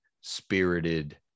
spirited